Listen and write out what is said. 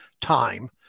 time